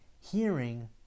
hearing